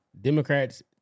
Democrats